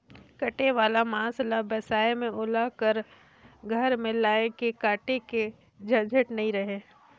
कटे वाला मांस ल बेसाए में ओला घर में लायन के काटे के झंझट नइ रहें